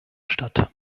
statt